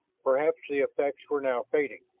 perhaps the effects were now fading.